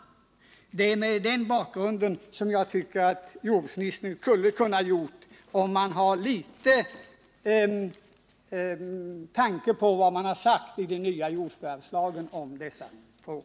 Det är mot den bakgrunden som jag tycker att jordbruksministern borde ha ägnat någon tanke åt vad som sägs i den nya jordförvärvslagen om dessa frågor.